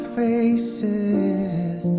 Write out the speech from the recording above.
faces